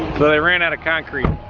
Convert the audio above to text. so they ran out of concrete.